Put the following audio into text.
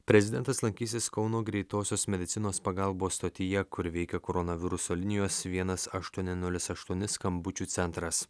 prezidentas lankysis kauno greitosios medicinos pagalbos stotyje kur veikia koronaviruso linijos vienas aštuoni nulis aštuoni skambučių centras